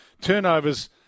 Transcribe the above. turnovers